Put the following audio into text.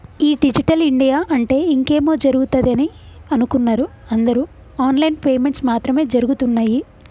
ఈ digital India అంటే ఇంకేమో జరుగుతదని అనుకున్నరు అందరు ఆన్ లైన్ పేమెంట్స్ మాత్రం జరగుతున్నయ్యి